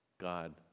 god